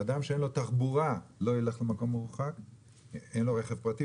אדם שאין לו תחבורה לא ילך למקום מרוחק אם אין לו רכב פרטי,